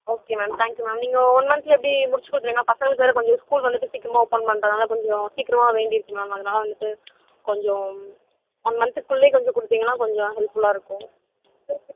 okay ma'am thank you ma'am நீங்கள் one மந்த்தில் எப்படி முடிச்சு கொடுத்துருங்க பசங்களுக்கு வேறு கொஞ்சம் ஸ்கூல் வந்துவிட்டு சீக்கிரமாக ஓப்பன் பண்ணுறனால கொஞ்சம் சீக்கிரமாக வேண்டி இருக்கு மேம் அதனால் வந்துட்டு கொஞ்சம் ஒன் மந்த்க்கு குள்ளேயே கொஞ்சம் கொடுத்திங்கன்னா கொஞ்சம் ஹெல்ப்ஃபுல்லாக இருக்கும்